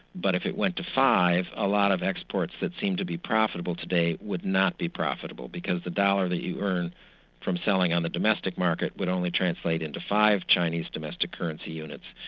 but if it went to five, a lot of exports that seem to be profitable today would not be profitable because the dollar that you earn from selling on the domestic market would only translate into five chinese domestic currency units,